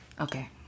Okay